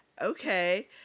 Okay